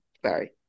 Sorry